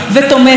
כבר אמרתי,